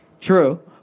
True